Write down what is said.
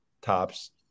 tops